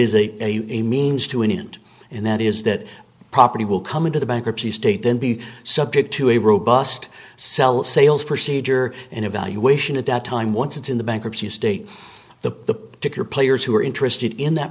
is a a means to an end and that is that property will come into the bankruptcy state then be subject to a robust sela sales procedure and evaluation at that time once it's in the bankruptcy estate the particular players who are interested in that